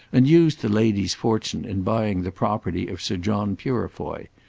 and used the lady's fortune in buying the property of sir john purefoy.